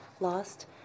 lost